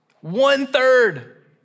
one-third